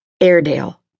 Airedale